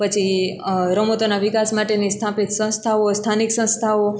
પછી રમતોના વિકાસ માટેની સ્થાપિત સંસ્થાઓ સ્થાનિક સંસ્થાઓ